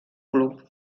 club